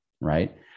Right